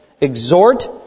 Exhort